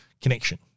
connection